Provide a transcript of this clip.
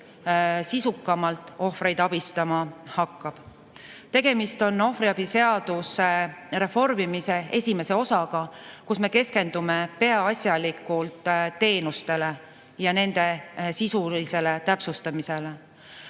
sisukamalt ohvreid abistama hakkab. Tegemist on ohvriabi seaduse reformimise esimese osaga, mille puhul me keskendume peaasjalikult teenustele ja nende sisulisele täpsustamisele.